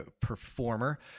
performer